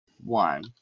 One